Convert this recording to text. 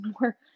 more